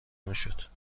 میشد